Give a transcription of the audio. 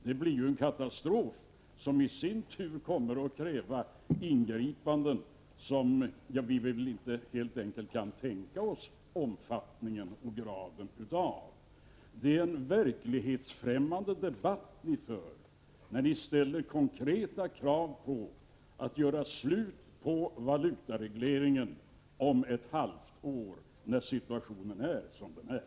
Det blir ju en katastrof, som i sin tur kommer att kräva ingripanden som vi helt enkelt inte vill tänka oss omfattningen och graden av. Det är en verklighetsfrämmande debatt ni för när ni ställer konkreta krav på att göra slut på valutaregleringen om ett halvår, när situationen är som den är.